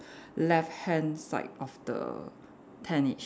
left hand side of the tentage